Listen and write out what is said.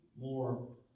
more